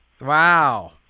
wow